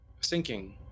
sinking